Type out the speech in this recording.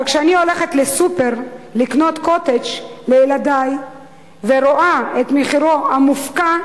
אבל כשאני הולכת לסופר לקנות "קוטג'" לילדי ורואה את המחיר המופקע,